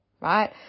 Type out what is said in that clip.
right